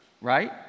Right